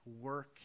work